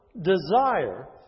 desire